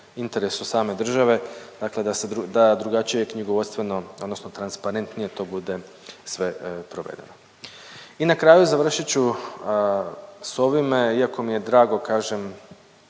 interesu same države dakle da drugačije knjigovodstveno odnosno transparentnije to bude sve provedeno. I na kraju završit ću s ovime iako mi je drago kažem